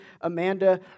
Amanda